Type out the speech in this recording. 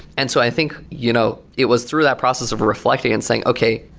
and so i think you know it was through that process of reflecting and saying, okay.